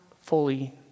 fully